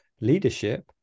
leadership